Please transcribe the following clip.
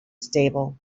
stable